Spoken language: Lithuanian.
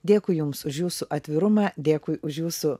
dėkui jums už jūsų atvirumą dėkui už jūsų